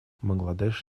бангладеш